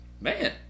man